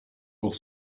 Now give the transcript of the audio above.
pour